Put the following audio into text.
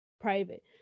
private